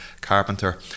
Carpenter